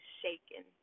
shaken